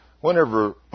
whenever